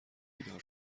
بیدار